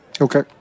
Okay